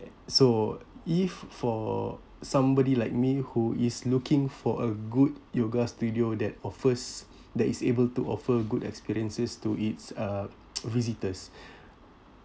so if for somebody like me who is looking for a good yoga studio that offers that is able to offer good experiences to its uh visitors